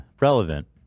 relevant